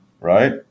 right